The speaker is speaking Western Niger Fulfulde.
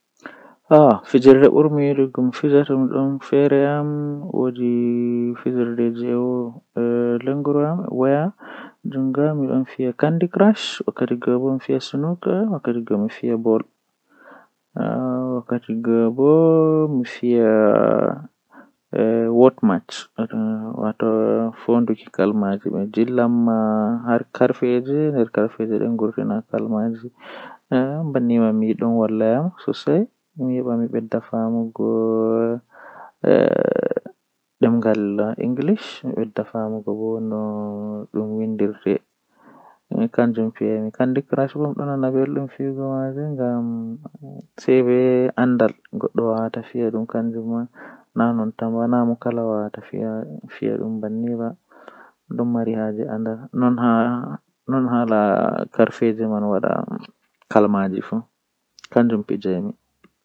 Waawugol ko ɗi njogordi ɗi heɓde tagɗungol e laawol, Sabu ɗum njikataaɗo waɗde heɓde waɗde fota ko ɗi ngoodi e aduna. Ko wadi toɓɓe woni e jammaaji ɗi ngal, Kaɗi waawataa njogordal konngol naatude aduna kaɗi ngal. Kono ɗum njogitaa heɓde heɓre e semmbugol waɗi ko a ɗum sooytaa, Kadi waɗata e waɗal njikataaɗo goɗɗum.